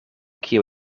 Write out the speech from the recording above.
kiu